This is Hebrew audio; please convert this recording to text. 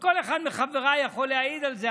וכל אחד מחבריי יכול להעיד על זה,